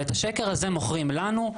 ואת השקר הזה מוכרים לנו,